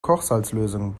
kochsalzlösung